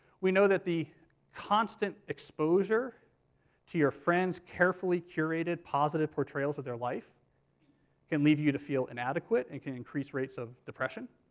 we know that the constant exposure to your friends carefully curated, positive portrayals of their life can leave you to feel inadequate, and can increase rates of depression.